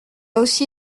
aussi